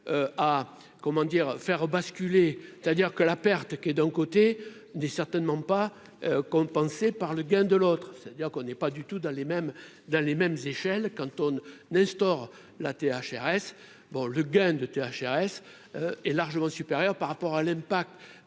faire basculer, c'est-à-dire que la perte que d'un côté des certainement pas compensée par le gain de l'autre, c'est-à-dire qu'on n'est pas du tout dans les mêmes dans les mêmes échelle cantonne Nestor la RS bon le gain de THS est largement supérieur par rapport à l'impact